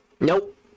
Nope